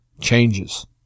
changes